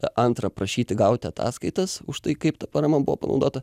antra prašyti gauti ataskaitas už tai kaip ta parama buvo panaudota